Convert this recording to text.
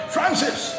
Francis